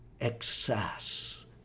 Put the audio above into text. Excess